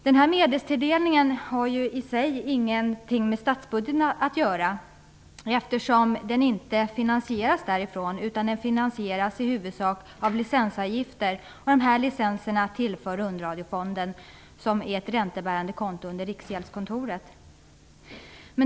Den här medelstilldelningen har i sig ingenting med statsbudgeten att göra, eftersom den inte finansieras via den, utan den finansieras i huvudsak av licensavgifter. Dessa tillförs Rundradiofonden, som är ett räntebärande konto under Riksgäldskontoret.